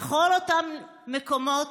בכל אותם מקומות